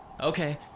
okay